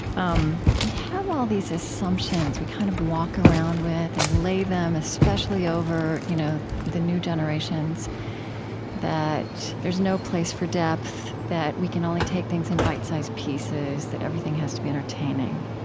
um we have all these assumptions we kind of walk around with and lay them especially over you know the new generations that there's no place for depth, that we can only take things in bite-sized pieces, that everything has to be entertaining.